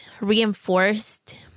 reinforced